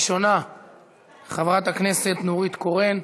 ראשונה חברת הכנסת נורית קורן,